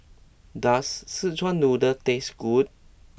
does Szechuan Noodle taste good